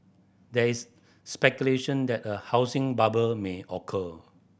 there is speculation that a housing bubble may occur